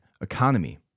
economy